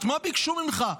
מה ביקשו ממך?